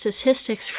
statistics